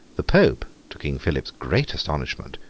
the pope, to king philip's great astonishment,